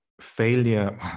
failure